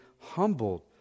humbled